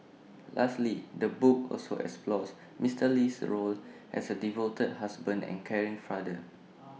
lastly the book also explores Mister Lee's role as A devoted husband and caring father